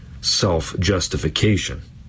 self-justification